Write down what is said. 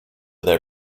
their